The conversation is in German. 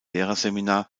lehrerseminar